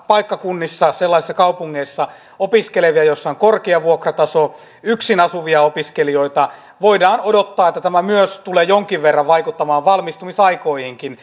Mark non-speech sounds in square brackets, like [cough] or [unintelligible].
paikkakunnilla sellaisissa kaupungeissa opiskelevia missä on korkea vuokrataso yksin asuvia opiskelijoita voidaan odottaa että tämä myös tulee jonkin verran vaikuttamaan valmistumisaikoihinkin [unintelligible]